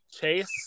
Chase